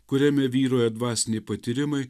kuriame vyrauja dvasiniai patyrimai